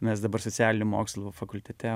mes dabar socialinių mokslų fakultete